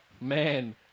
man